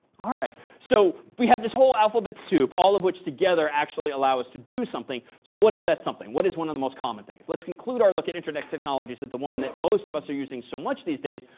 ah so we have this whole alphabet soup, all of which together actually allow us to do something. so what is that something? what is one of the most common things? let's conclude our look at internet technologies at the one that most of us are using so much these days,